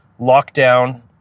lockdown